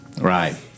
right